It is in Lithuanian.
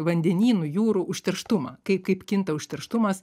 vandenynų jūrų užterštumą kai kaip kinta užterštumas